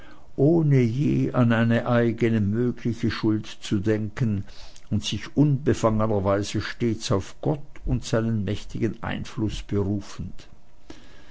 ohne je an eine eigene mögliche schuld zu denken und sich unbefangenerweise stets auf gott und seinen mächtigen einfluß berufend